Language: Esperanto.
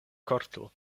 korto